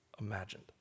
imagined